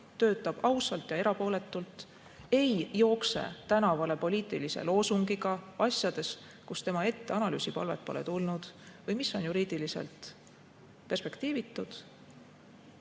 töötab ausalt ja erapooletult, ei jookse tänavale poliitilise loosungiga asjades, kus temale analüüsipalvet pole tulnud või mis on juriidiliselt perspektiivitud.